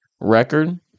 record